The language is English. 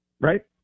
right